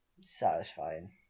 satisfying